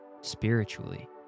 spiritually